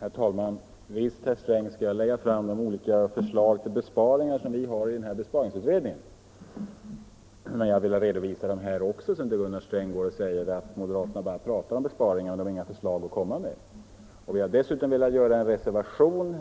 Herr talman! Visst, herr Sträng, skall jag lägga fram de olika förslag till besparingar som vi har i besparingsutredningen, men jag har velat redovisa dem här också, så att inte herr Sträng säger att moderaterna bara pratar om besparingar men inte har några förslag att komma med. Vi har dessutom avgivit en reservation,